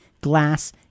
glass